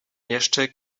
jeszcze